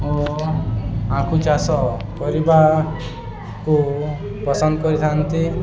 ଓ ଆଖୁ ଚାଷ କରିବାକୁ ପସନ୍ଦ କରିଥାନ୍ତି